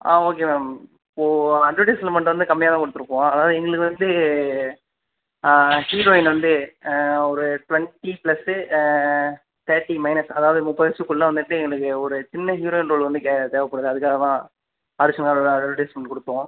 ஆ okay ma'am ஓ advertisement வந்து கம்மியாக தான் கொடுத்துருப்போம் அதாவது எங்களுக்கு வந்து ஹீரோயின் வந்து ஒரு டுவெண்ட்டி ப்ளஸ்ஸு தேர்ட்டி மைனஸ் அதாவது முப்பது வயதுக்குள்ள வந்துட்டு எங்களுக்கு ஒரு சின்ன ஹீரோயின் ரோல் வந்து தேவைப்படுது அதுக்காக தான் ஆடிஷனுக்காக அட்வர்டைஸ்மெண்ட் கொடுத்தோம்